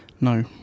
No